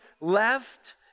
left